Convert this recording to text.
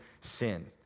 sin